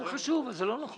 זה גם לא נכון